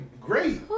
great